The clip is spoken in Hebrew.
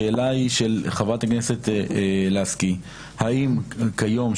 השאלה של חברת הכנסת לסקי היא האם כיום,